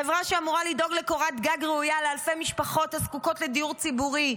חברה שאמורה לדאוג לקורת גג ראויה לאלפי משפחות הזקוקות לדיור ציבורי,